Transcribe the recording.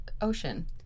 ocean